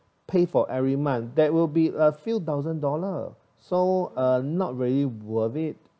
pay for every month that will be a few thousand dollar so uh not really worth it